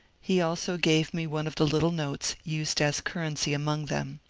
he also gave me one of the little notes used as currency among them.